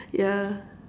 yeah